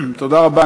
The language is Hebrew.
תודה רבה.